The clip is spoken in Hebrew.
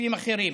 גופים אחרים.